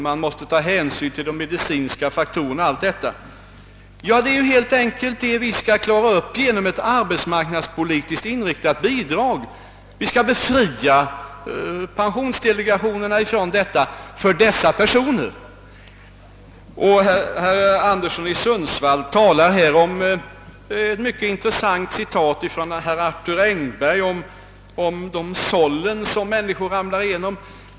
Man måste ta hänsyn till de medicinska faktorerna etc. Ja, vi bör helt enkelt klara upp allt detta genom ett arbetsmarknadspolitiskt inriktat bidrag. Vi skall befria pensionsdelegationerna från denna besvärliga bedömning för dessa personer. Herr Anderson i Sundsvall nämnde ett mycket intressant citat från Arthur Engberg om de där maskorna i sållet som människor ramlar igenom.